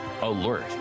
alert